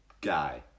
Guy